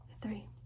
three